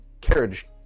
carriage